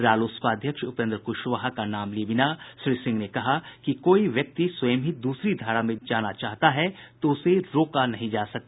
रालोसपा अध्यक्ष उपेन्द्र कुशवाहा का नाम लिये बिना श्री सिंह ने कहा कि कोई व्यक्ति स्वयं ही दूसरी धारा में जाना चाहता है तो उसे रोका नहीं जा सकता